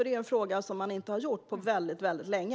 Det är nämligen något de inte har gjort på väldigt länge.